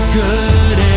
good